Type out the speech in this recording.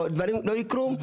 או דברים לא יקרו,